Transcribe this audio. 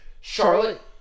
Charlotte